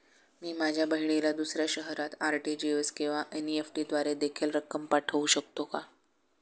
मी माझ्या बहिणीला दुसऱ्या शहरात आर.टी.जी.एस किंवा एन.इ.एफ.टी द्वारे देखील रक्कम पाठवू शकतो का?